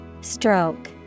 Stroke